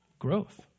growth